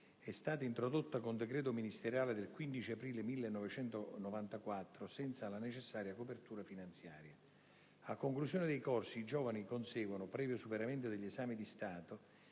è stata introdotta con decreto ministeriale del 15 aprile 1994 senza la necessaria copertura finanziaria. A conclusione dei corsi i giovani conseguono, previo superamento degli esami di Stato,